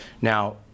Now